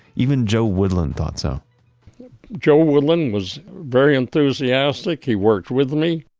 even joe woodland thought so joe woodland was very enthusiastic. he worked with me.